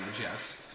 Yes